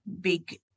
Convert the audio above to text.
big